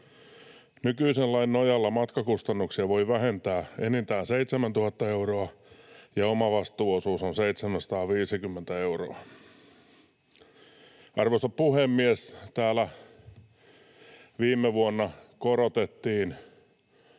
Nykyisen lain nojalla matkakustannuksia voi vähentää enintään 7 000 euroa, ja omavastuuosuus on 750 euroa. Arvoisa puhemies! Täällä viime vuonna korotettiin